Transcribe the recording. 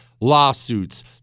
Lawsuits